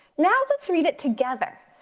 now let's read it together.